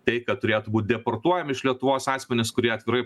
tai kad turėtų būt deportuojami iš lietuvos asmenys kurie atvirai